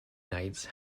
knights